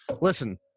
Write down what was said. listen